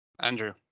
andrew